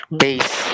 base